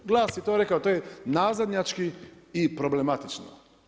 GLAS je to rekao to je nazadnjački i problematično.